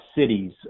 cities